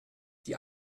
die